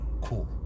cool